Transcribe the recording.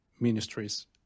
ministries